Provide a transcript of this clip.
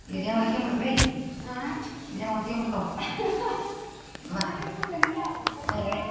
ಇದ್ಯಾವ ಒತ್ಕ್ಯಾಂಬಿಡ್ತಾವೇಯ್ ಇದೇನು ಒತ್ಕ್ಯಾಂಬಿಡ್ತಾವ್ ಅಯ್ಯ ನಡೆ